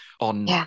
on